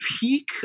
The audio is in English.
peak